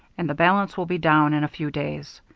and the balance will be down in a few days.